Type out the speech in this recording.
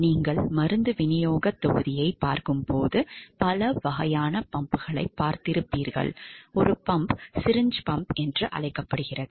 நீங்கள் மருந்து விநியோக தொகுதியைப் பார்க்கும்போது பல வகையான பம்புகள் உள்ளன ஒரு பம்ப் சிரிஞ்ச் பம்ப் என்று அழைக்கப்படுகிறது